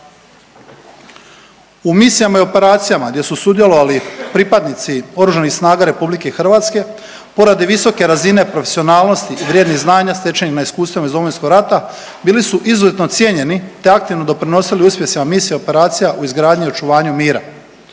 U misijama i operacijama gdje su sudjelovali pripadnici Oružanih snaga Republike Hrvatske poradi visoke razine profesionalnosti vrijednih znanja stečenim iskustvima iz Domovinskog rata bili su izuzetno cijenjeni, te aktivno doprinosili uspjesima misija, operacija u izgradnji očuvanju mira.